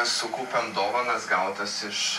sukaupiam dovanas gautas iš